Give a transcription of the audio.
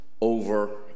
over